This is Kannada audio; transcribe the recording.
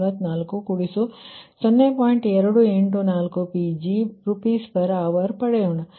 284 Pg Rshr ಪಡೆಯೋಣ